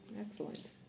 Excellent